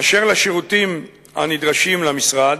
אשר לשירותים הנדרשים למשרד,